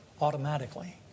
Automatically